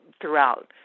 throughout